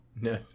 No